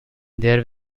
there